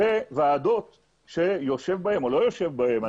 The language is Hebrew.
וועדות שיושב בהן או לא יושב בהן,